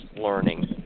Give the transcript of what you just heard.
learning